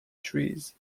trees